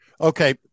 Okay